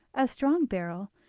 a strong barrel,